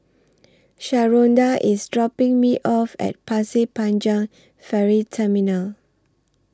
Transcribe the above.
Sharonda IS dropping Me off At Pasir Panjang Ferry Terminal